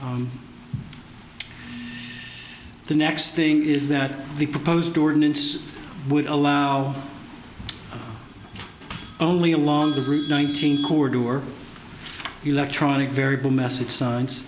or the next thing is that the proposed ordinance would allow only along the route nineteen cord or electronic variable message